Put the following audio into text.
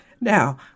now